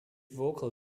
vocal